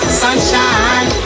sunshine